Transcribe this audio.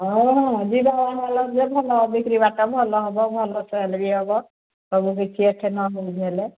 ହଉ ଯିବା ବାଙ୍ଗାଲୋର୍ ଯିବା ଭଲ ବିକ୍ରି ବଟା ଭଲ ହେବ ଭଲ ସେଲ୍ ବି ହେବ ସବୁ ହେଲେ